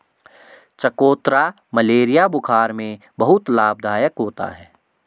चकोतरा मलेरिया बुखार में बहुत लाभदायक होता है